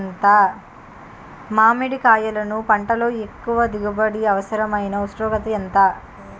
మామిడికాయలును పంటలో ఎక్కువ దిగుబడికి అవసరమైన ఉష్ణోగ్రత ఎంత?